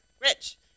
Rich